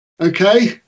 Okay